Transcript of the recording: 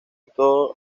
todo